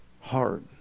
hard